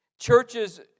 Churches